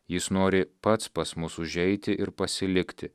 jis nori pats pas mus užeiti ir pasilikti